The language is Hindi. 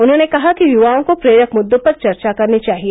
उन्होंने कहा कि युवाओं को प्रेरक मुद्दों पर चर्चा करनी चाहिए